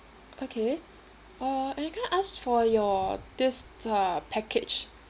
okay uh and can I ask for your this t~ uh package